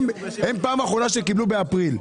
פעם אחרונה הם קיבלו באפריל.